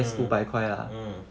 mm mm